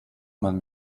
man